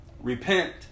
Repent